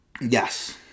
Yes